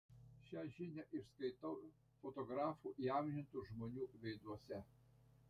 šią žinią išskaitau fotografų įamžintų žmonių veiduose